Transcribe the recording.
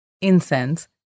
incense